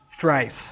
thrice